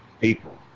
people